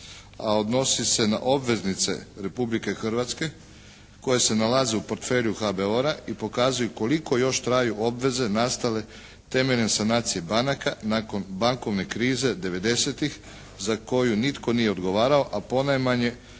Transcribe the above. a odnosi se na obveznice Republike Hrvatske koje se nalaze u portfelju HBOR-a i pokazuju koliko još traju obveze nastale temeljem sanacije banaka nakon bankovne krize 90-tih za koju nitko nije odgovarao, a ponajmanje